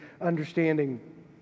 understanding